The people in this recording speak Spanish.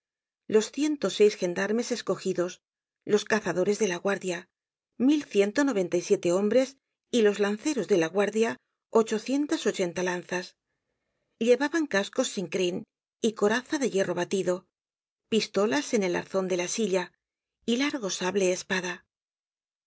los ciento seis gendarmes escogidos los cazadores de la guardia mil ciento noventa y siete hombres y los lanceros de la guardia ochocientas ochenta lanzas llevaban casco sin crin y coraza de hierro batido pistolas en el arzon de la silla y largo